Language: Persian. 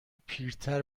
پیرتر